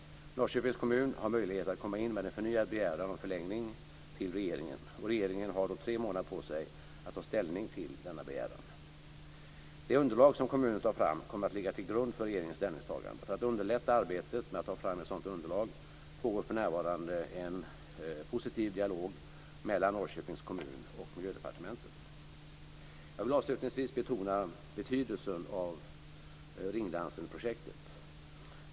Norrköpings kommun har möjlighet att komma in med en förnyad begäran om förlängning till regeringen. Regeringen har då tre månader på sig att ta ställning till denna begäran. Det underlag som kommunen tar fram kommer att ligga till grund för regeringens ställningstagande. För att underlätta arbetet med att ta fram ett sådant underlag pågår för närvarande en positiv dialog mellan Jag vill avslutningsvis betona betydelsen av Ringdansenprojektet.